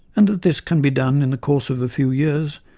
and that this can be done in the course of a few years,